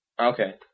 Okay